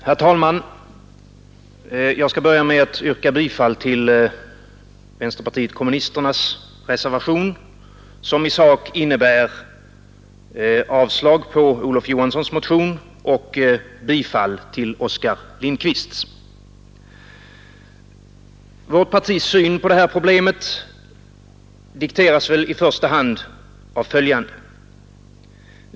Herr talman! Jag skall börja med att yrka bifall till vänsterpartiet kommunisternas reservationer som i sak innebär avslag på Olof Johanssons motion och bifall till Oskar Lindkvists. Vårt partis syn på detta problem dikteras väl i första hand av följande.